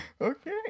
Okay